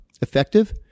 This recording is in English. effective